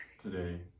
today